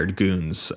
goons